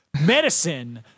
medicine